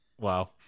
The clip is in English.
Wow